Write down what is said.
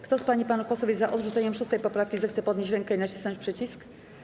Kto z pań i panów posłów jest za odrzuceniem 6. poprawki, zechce podnieść rękę i nacisnąć przycisk.